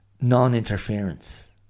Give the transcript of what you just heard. non-interference